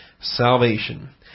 salvation